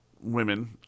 women